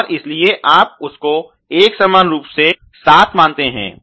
और इसलिए आप उसको एक समान रूप से 7 मानते हैं